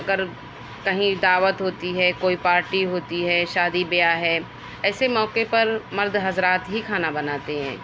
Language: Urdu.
اگر کہیں دعوت ہوتی ہے کوئی پارٹی ہوتی ہے شادی بیاہ ہے ایسے موقعے پر مرد حضرات ہی کھانا بناتے ہیں